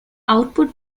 output